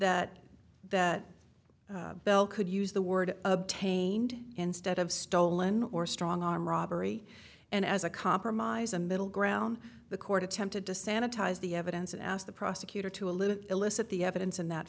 that that bell could use the word obtained instead of stolen or strong arm robbery and as a compromise a middle ground the court attempted to sanitize the evidence and asked the prosecutor to a little elicit the evidence in that